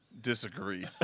disagree